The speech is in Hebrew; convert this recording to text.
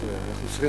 ראש אופוזיציה.